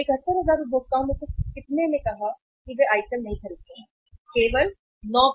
तो 71000 उपभोक्ताओं में से कितने ने कहा कि वे आइटम नहीं खरीदते हैं केवल 9